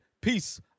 Peace